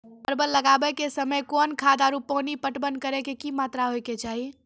परवल लगाबै के समय कौन खाद आरु पानी पटवन करै के कि मात्रा होय केचाही?